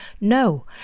No